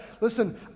Listen